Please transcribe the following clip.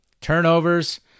turnovers